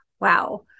wow